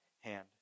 hand